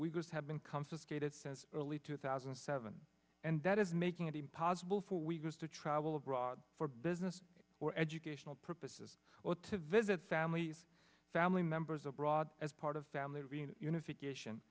weakest have been confiscated since early two thousand and seven and that is making it impossible for weakness to travel abroad for business or educational purposes or to visit family family members abroad as part of family reunification